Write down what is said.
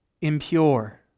impure